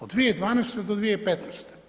Od 2012. do 2015.